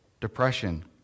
depression